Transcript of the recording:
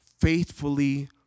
faithfully